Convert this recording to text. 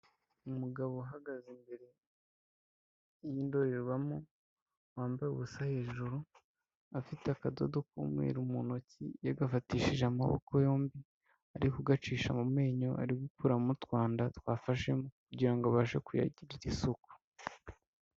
Umugabo uhagaze imbere y'indorerwamo, wambaye ubusa hejuru, afite akadodo k'umweru werurutse mu ntoki, yagafatishije amaboko yombi ari kugacisha mu menyo, ari gukuramo utwanda twafashemo kugira ngo abashe kuyagirira isuku.